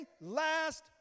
last